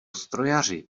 strojaři